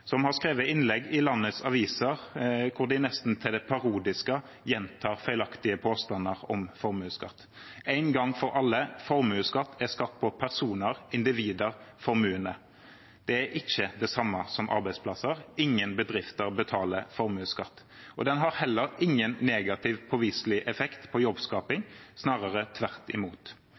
som har skrevet innlegg i landets aviser hvor de nesten til det parodiske gjentar feilaktige påstander om formuesskatt. Én gang for alle: Formuesskatt er skatt på personer, individer, formuende. Det er ikke det samme som arbeidsplasser. Ingen bedrifter betaler formuesskatt. Den har heller ingen påviselig negativ effekt på jobbskaping, snarere tvert imot.